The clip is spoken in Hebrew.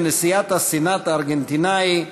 ונשיאת הסנאט הארגנטיני,